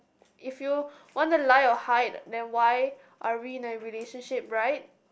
if you want to lie or hide then why are we in a relationship right